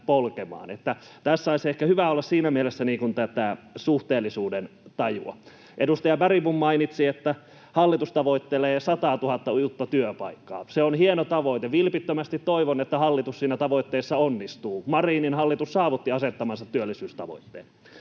Tässä olisi ehkä hyvä olla siinä mielessä tätä suhteellisuudentajua. Edustaja Bergbom mainitsi, että hallitus tavoittelee sataatuhatta uutta työpaikkaa. Se on hieno tavoite — vilpittömästi toivon, että hallitus siinä tavoitteessa onnistuu. Marinin hallitus saavutti asettamansa työllisyystavoitteen.